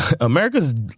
America's